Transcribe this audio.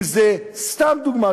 אם סתם דוגמה,